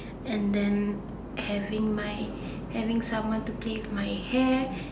and then having my having someone to play with my hair